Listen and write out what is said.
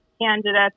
candidates